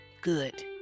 Good